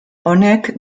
honek